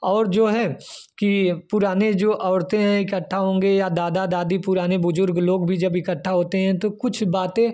और जो है कि पुराने जो औरतें इकट्ठा होंगे या दादा दादी पुराने बुज़ुर्ग लोग भी जब इकट्ठा होते हैं तो कुछ बातें